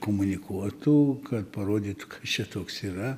komunikuotų kad parodytų kas čia toks yra